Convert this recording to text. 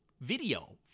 video